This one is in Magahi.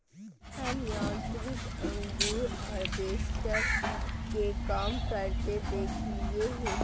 हम यांत्रिक अंगूर हार्वेस्टर के काम करते देखलिए हें